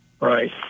Right